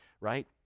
right